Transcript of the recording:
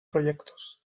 proyectos